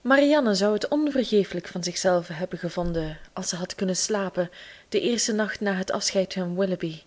marianne zou het onvergefelijk van zichzelve hebben gevonden als ze had kunnen slapen den eersten nacht na het afscheid van willoughby